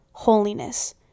holiness